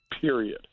period